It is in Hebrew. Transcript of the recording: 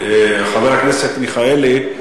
חבר הכנסת מיכאלי,